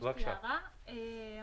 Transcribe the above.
יש לי הערה משלימה,